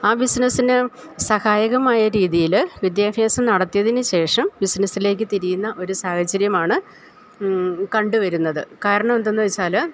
ആ ബിസ്നസ്സിന് സഹായകമായ രീതിയിൽ വിദ്യാഭ്യാസം നടത്തിയതിന് ശേഷം ബിസിനസ്സിലേക്ക് തിരിയുന്ന ഒരു സാഹചര്യമാണ് കണ്ട് വരുന്നത് കാരണം എന്തെന്ന് വെച്ചാല്